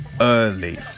Early